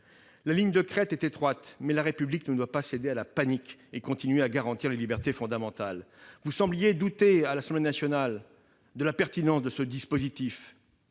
La ligne de crête est étroite, mais la République doit veiller à ne pas céder à la panique et continuer à garantir les libertés fondamentales. Vous sembliez douter, à l'Assemblée nationale, de la pertinence de ce dispositif.